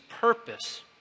purpose